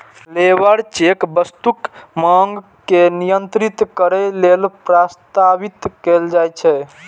labour check वस्तुक मांग के नियंत्रित करै लेल प्रस्तावित कैल जाइ छै